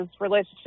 relationship